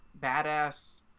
badass